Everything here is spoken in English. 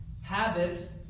habits